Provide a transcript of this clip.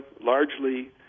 largely